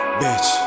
bitch